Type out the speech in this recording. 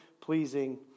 pleasing